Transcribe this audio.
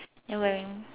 ya wearing